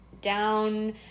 down